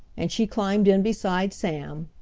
and she climbed in beside sam.